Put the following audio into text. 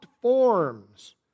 forms